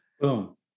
Boom